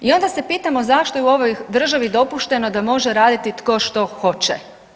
I onda se pitamo zašto je u ovoj državi dopušteno da može raditi tko što hoće.